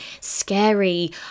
scary